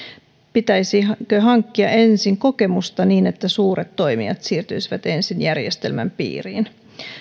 pitäisikö hankkia ensin kokemusta niin että suuret toimijat siirtyisivät ensin järjestelmän piiriin